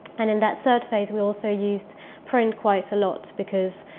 and in that third phase, we also used print quite a lot, because.